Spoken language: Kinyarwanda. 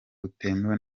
butemewe